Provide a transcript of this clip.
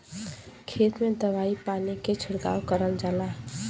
खेत में दवाई पानी के छिड़काव करल जाला